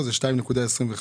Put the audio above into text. אבל בטח לא על האדם שזקוק לזה.